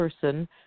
person